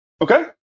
Okay